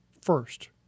first